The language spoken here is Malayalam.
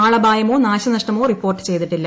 ആളപായമോ നാശനഷ്ടമോ റിപ്പോർട്ട് ചെയ്തിട്ടില്ല